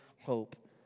hope